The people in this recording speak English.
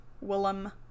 willem